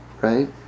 Right